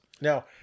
Now